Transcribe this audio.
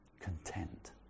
content